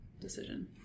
decision